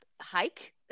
Hike